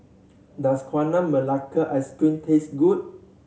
does Gula Melaka Ice Cream taste good